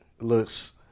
looks